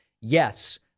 Yes